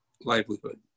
livelihood